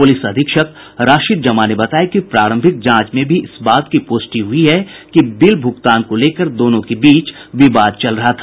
police अधीक्षक राशिद जमां ने बताया कि प्रारंभिक जांच में भी इस बात की पुष्टि हुई है कि बिल भुगतान को लेकर दोनों के बीच विवाद चल रहा था